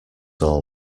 all